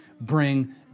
bring